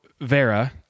Vera